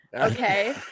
Okay